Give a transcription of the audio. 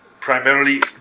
primarily